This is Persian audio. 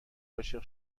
عاشق